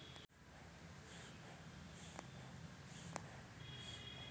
तिल क लाय बनाउ ने बड़ निमन होए छै